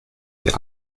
wir